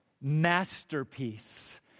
masterpiece